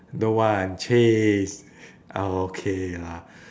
don't want chase ah okay lah